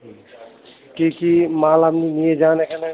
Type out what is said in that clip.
হুম কী কী মাল আপনি নিয়ে যান এখানে